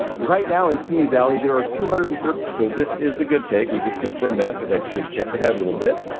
right now in simi valley there are two hundred and thirty. so this is the good take, we just confirmed that cause i just checked the head a little bit.